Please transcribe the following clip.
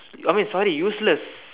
oh mean sorry useless